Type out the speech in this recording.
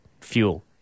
fuel